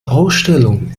ausstellung